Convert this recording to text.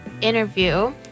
interview